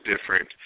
different